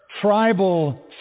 tribal